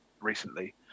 recently